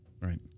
Right